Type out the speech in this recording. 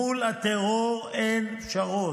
מול הטרור אין פשרות.